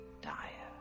dire